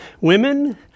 Women